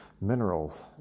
minerals